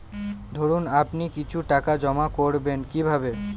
ধরুন আপনি কিছু টাকা জমা করবেন কিভাবে?